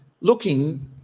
looking